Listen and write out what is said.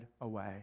away